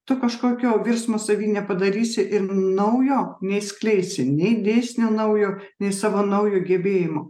tu kažkokio virsmo savy nepadarysi ir naujo neišskleisi nei dėsnio naujo nei savo naujo gebėjimo